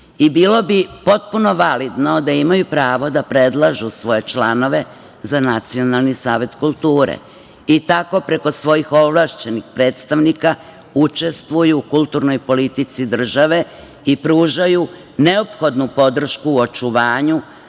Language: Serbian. i bilo bi potpuno validno da imaju pravo da predlažu svoje članove za Nacionalni savet kulture i tako preko svojih ovlašćenih predstavnika učestvuju u kulturnoj politici države i pružaju neophodnu podršku u očuvanju,